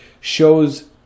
shows